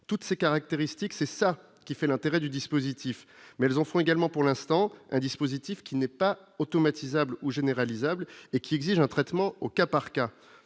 toutes ces caractéristiques, c'est ça qui fait l'intérêt du dispositif mais elles en font également pour l'instant, un dispositif qui n'est pas automatiser able ou généralisable et qui exigent un traitement au cas par cas,